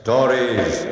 Stories